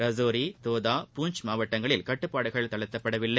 ரஜோரி தோதா பூஞ்ச் மாவட்டங்களில் கட்டுப்பாடுகள் தளர்த்தப்படவில்லை